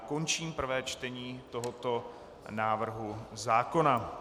Končím prvé čtení tohoto návrhu zákona.